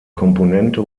komponente